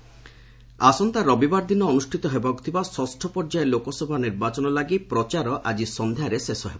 campaigning ଆସନ୍ତା ରବିବାର ଦିନ ଅନୁଷ୍ଠିତ ହେବାକୁ ଥିବା ଷଷ୍ଠ ପର୍ଯ୍ୟାୟ ଲୋକସଭା ନିର୍ବାଚନ ଲାଗି ପ୍ରଚାର ଆଜି ସନ୍ଧ୍ୟାରେ ଶେଷ ହେବ